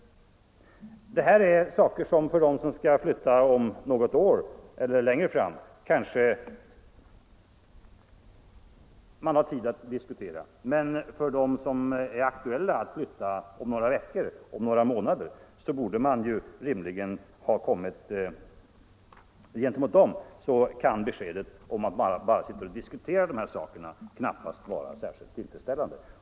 Detta är saker som man kanske har tid att diskutera när det gäller dem som skall flytta om något år eller längre fram, men för dem för vilka det är aktuellt att flytta om några veckor eller några månader kan 156 beskedet om att man bara sitter och diskuterar de här sakerna knappast vara tillfredsställande.